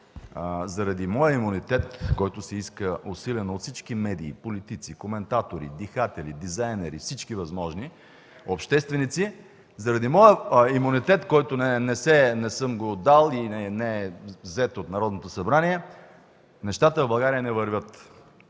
заради моя имунитет, който се иска усилено от всички медии, политици, коментатори, дихатели, дизайнери, от всички възможни общественици, заради моя имунитет, който не съм го дал и не е взет от Народното събрание, нещата в България не вървят.